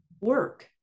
work